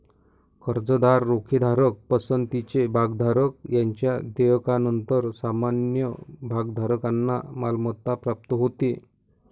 कर्जदार, रोखेधारक, पसंतीचे भागधारक यांच्या देयकानंतर सामान्य भागधारकांना मालमत्ता प्राप्त होते